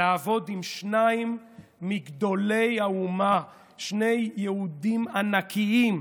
לעבוד עם שניים מגדולי האומה, שני יהודים ענקים,